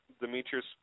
Demetrius